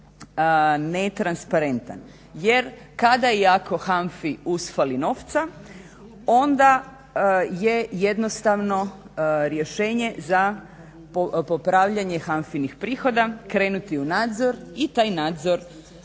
Jer kada i ako HANFA-i usfali novca onda je jednostavno rješenje za popravljanje HANFA-inih prihoda krenuti u nadzor i taj nadzor dobro